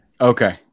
Okay